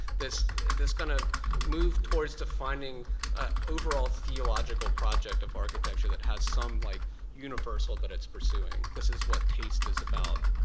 this this kind of move towards defining ah overall theological project of architecture that has some like universal that it's pursuing. this is what taste is about.